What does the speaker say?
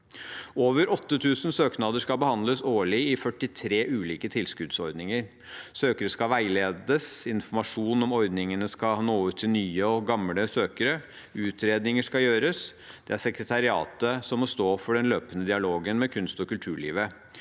Over 8 000 søknader skal behandles årlig i 43 ulike tilskuddsordninger. Søkere skal veiledes, informasjon om ordningene skal nå ut til nye og gamle søkere, og utredninger skal gjøres. Det er sekretariatet som må stå for den løpende dialogen med kunst- og kulturlivet.